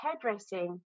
hairdressing